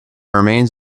remains